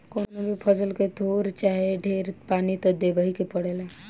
कवनो भी फसल के थोर चाहे ढेर पानी त देबही के पड़ेला